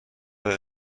داره